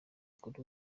kuri